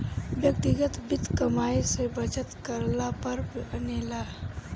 व्यक्तिगत वित्त कमाई से बचत करला पर बनेला